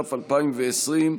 התש"ף 2020,